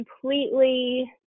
completely